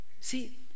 See